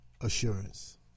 Assurance